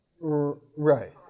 right